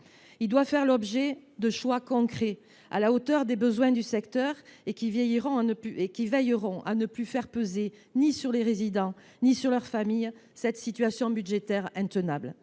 doit faire l’objet de choix concrets, à la hauteur des besoins du secteur, qui devront permettre de ne plus faire peser sur les résidents ou leurs familles cette situation budgétaire intenable.